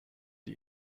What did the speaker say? die